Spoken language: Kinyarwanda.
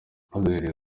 duhereye